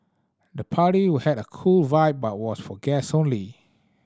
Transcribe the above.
the party had a cool vibe but was for guest only